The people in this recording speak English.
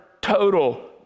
total